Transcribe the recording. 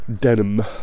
Denim